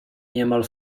niemal